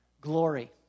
glory